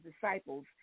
disciples